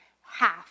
Half